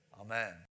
Amen